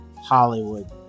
Hollywood